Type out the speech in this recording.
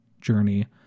journey